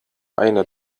eine